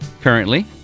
Currently